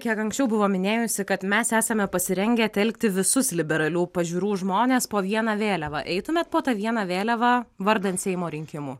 kiek anksčiau buvo minėjusi kad mes esame pasirengę telkti visus liberalių pažiūrų žmones po viena vėliava eitumėt po ta viena vėliava vardan seimo rinkimų